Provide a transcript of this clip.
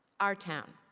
our town.